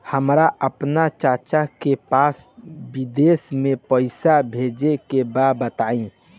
हमरा आपन चाचा के पास विदेश में पइसा भेजे के बा बताई